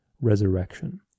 resurrection